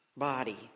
body